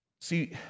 See